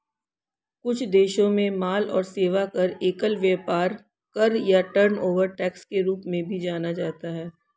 कुछ देशों में माल और सेवा कर, एकल व्यापार कर या टर्नओवर टैक्स के रूप में भी जाना जाता है